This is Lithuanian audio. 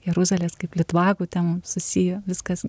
jeruzalės kaip litvakų ten susiję viskas